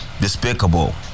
despicable